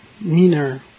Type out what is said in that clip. Meaner